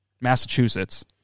Massachusetts